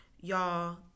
y'all